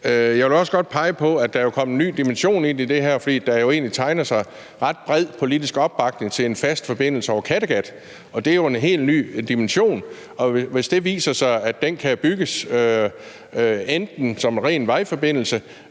Jeg vil også godt pege på, at der jo er kommet en ny dimension ind i det her, fordi der egentlig tegner sig en ret bred politisk opbakning til en fast forbindelse over Kattegat, og det er jo en helt ny dimension. Hvis det viser sig, at den kan bygges enten som ren vejforbindelse